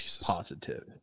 positive